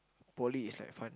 poly is like fun